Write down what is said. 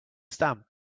stamp